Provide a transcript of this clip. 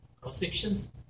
cross-sections